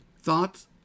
thoughts